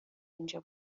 اینجا